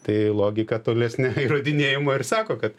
tai logika tolesnė įrodinėjimo ir sako kad